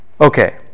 Okay